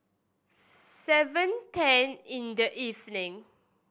seven ten in the evening